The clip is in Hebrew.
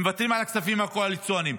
מוותרים על הכספים הקואליציוניים,